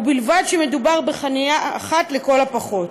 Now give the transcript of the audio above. ובלבד שמדובר בחניה אחת לכל הפחות.